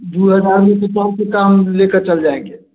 दो हज़ार में से कम से कम ले कर चल जाएँगे